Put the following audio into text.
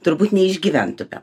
turbūt neišgyventume